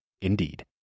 Indeed